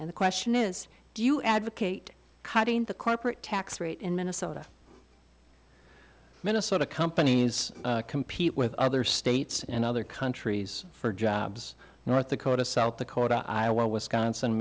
and the question is do you advocate cutting the corporate tax rate in minnesota minnesota companies compete with other states and other countries for jobs north dakota south dakota iowa wisconsin